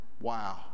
Wow